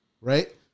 right